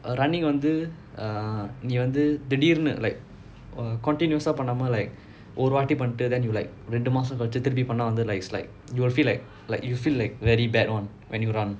uh running வந்து நீ வந்து திடீருனு:vanthu nee vanthu thideerunu like continuous eh பண்ணாம:pannaama like ஒரு வாட்டி பண்ணிட்டு:oru vaati pannittu like then அப்புறம் ரெண்டு மாசம் அப்புறம் பண்ண:appuram rendu maasam appuram panna you will feel like like you feel like very bad [one] when you run